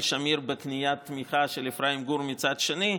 שמיר בקניית תמיכה של אפרים גור מצד שני,